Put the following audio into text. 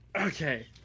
Okay